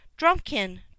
drumkin